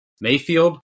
Mayfield